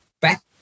back